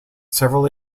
several